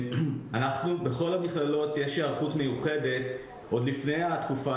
בכל המכללות יש היערכות מיוחדת עוד לפני התקופה.